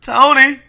Tony